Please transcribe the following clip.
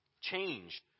change